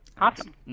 Awesome